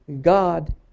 God